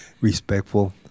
respectful